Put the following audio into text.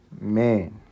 Man